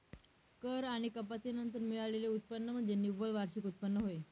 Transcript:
कर आणि कपाती नंतर मिळालेले उत्पन्न म्हणजे निव्वळ वार्षिक उत्पन्न होय